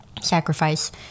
sacrifice